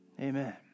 Amen